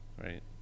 right